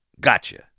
Gotcha